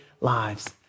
lives